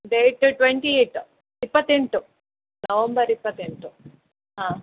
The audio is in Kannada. ಡೇಟ್ ಟ್ವೆಂಟಿ ಏಯ್ಟ ಇಪ್ಪತ್ತೆಂಟು ನವಂಬರ್ ಇಪ್ಪತ್ತೆಂಟು ಹಾಂ